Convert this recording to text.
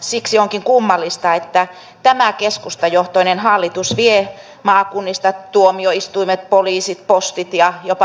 siksi onkin kummallista että tämä keskustajohtoinen hallitus vie maakunnista tuomioistuimet poliisit postit ja jopa raideliikenteen